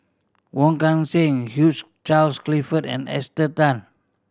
Wong Kan Seng Hugh Charles Clifford and Esther Tan